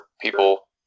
people